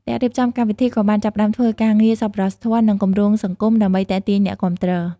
អ្នករៀបចំកម្មវិធីក៏បានចាប់ផ្តើមធ្វើការងារសប្បុរសធម៌និងគម្រោងសង្គមដើម្បីទាក់ទាញអ្នកគាំទ្រ។